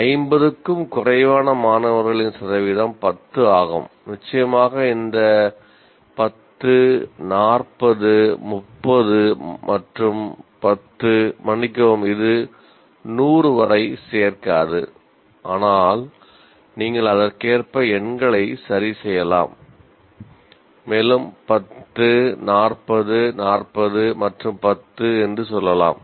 50 க்கும் குறைவான மாணவர்களின் சதவீதம் 10 ஆகும் மேலும் 10 40 40 மற்றும் 10 என்று சொல்லலாம்